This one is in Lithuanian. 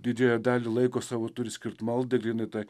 didžiąją dalį laiko savo turi skirt maldai grynai tai